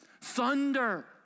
thunder